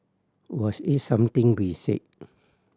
was it something we said